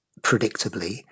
predictably